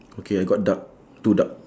okay I got duck two duck